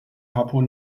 papua